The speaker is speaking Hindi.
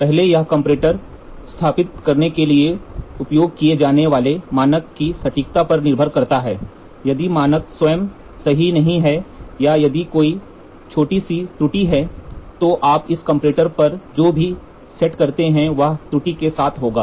पहले यह कंपैरेटर स्थापित करने के लिए उपयोग किए जाने वाले मानक की सटीकता पर निर्भर करता है यदि मानक स्वयं सही नहीं है या यदि कोई छोटी सी त्रुटि है तो आप इस कंपैरेटर पर जो भी सेट करते हैं वह त्रुटि के साथ होगा